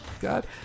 God